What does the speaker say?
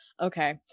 Okay